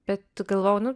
bet galvojau nu